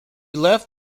left